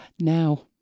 Now